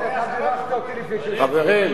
חברים,